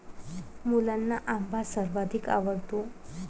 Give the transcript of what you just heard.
मुलांना आंबा सर्वाधिक आवडतो